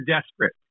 desperate